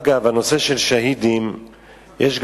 אגב,